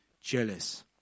jealous